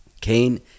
Cain